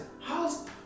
How's